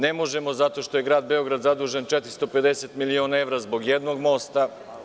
Ne možemo zato što je Grad Beograd zadužen 450 miliona evra, zbog jednog mosta.